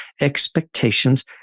expectations